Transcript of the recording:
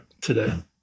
today